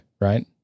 right